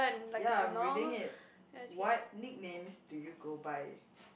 ya I'm reading it what nicknames do you go by